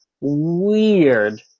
weird